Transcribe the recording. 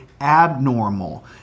abnormal